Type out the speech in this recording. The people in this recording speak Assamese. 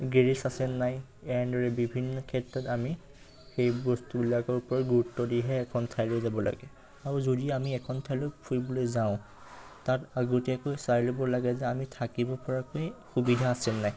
গেৰেজ আছে নাই এনেদৰে বিভিন্ন ক্ষেত্ৰত আমি সেই বস্তুবিলাকৰ ওপৰত গুৰুত্ব দিহে এখন ঠাইলৈ যাব লাগে আৰু যদি আমি এখন ঠাইলৈ ফুৰিবলৈ যাওঁ তাত আগতীয়াকৈ চাই ল'ব লাগে যে আমি থাকিব পৰাকৈ সুবিধা আছেনে নাই